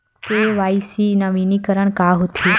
KYC नवीनीकरण का होथे?